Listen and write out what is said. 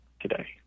today